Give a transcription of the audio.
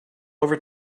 over